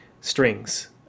strings